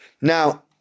Now